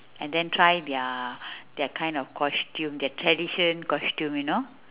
and then try their kind of costume their tradition costume you know